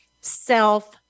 self